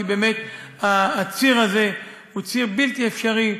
כי באמת הציר הזה הוא ציר בלתי אפשרי,